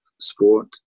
sport